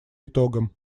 итогам